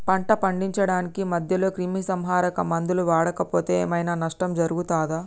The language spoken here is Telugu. పంట పండించడానికి మధ్యలో క్రిమిసంహరక మందులు వాడకపోతే ఏం ఐనా నష్టం జరుగుతదా?